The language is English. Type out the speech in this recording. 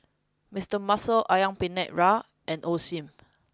Mister Muscle Ayam penyet Ria and Osim